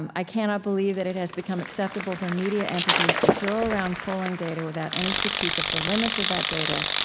and i cannot believe that it has become acceptable for media entities to throw around polling data without any critique of the limits of that data,